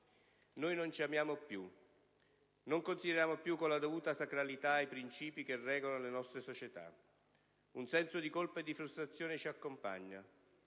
«Noi non ci amiamo più, non consideriamo più con la dovuta sacralità i principi che regolano le nostre società, un senso di colpa e di frustrazione ci accompagna,